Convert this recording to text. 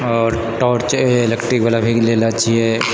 आओर टॉर्च इलेक्ट्रिकवला भी लेले छियै